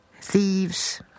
thieves